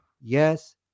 Yes